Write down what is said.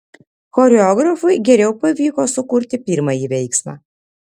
choreografui geriau pavyko sukurti pirmąjį veiksmą